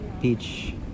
beach